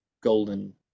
golden